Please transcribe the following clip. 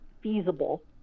feasible